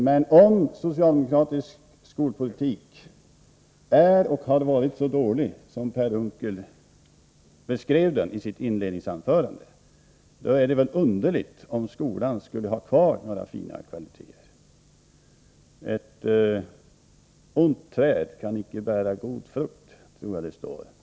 Men om socialdemokratisk skolpolitik har varit och är så dålig som han beskrev den i sitt inledningsanförande, är det väl underligt om skolan skulle ha kvar några fina kvaliteter? Ett ont träd kan inte bära god frukt, tror jag det står i ”Skriften”.